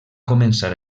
començar